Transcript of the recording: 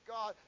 God